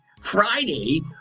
Friday